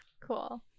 Cool